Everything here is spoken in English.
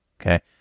Okay